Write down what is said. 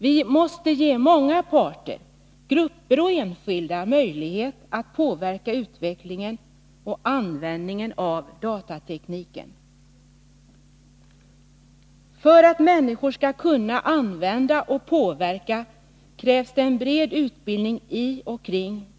Vi måste ge många parter, grupper och enskilda möjlighet att påverka utvecklingen och användningen av datatekniken.